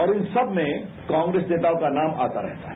और इन सब में कांग्रेस नेताओं का नाम आता रहता है